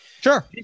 Sure